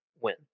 win